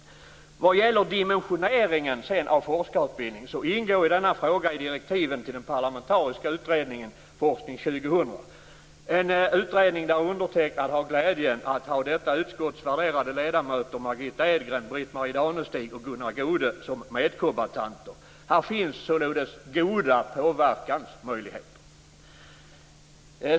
Vad gäller dimensioneringen av forskarutbildningen så ingår denna fråga i direktiven till den parlamentariska utredningen Forskning 2000, en utredning där undertecknad har glädjen att ha detta utskotts värderade ledamöter Margitta Edgren, Britt-Marie Här finns sålunda goda påverkansmöjligheter.